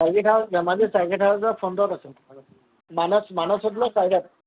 circuit house Dhemaji circuit হাউছৰ সন্মুখত আছে